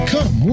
Come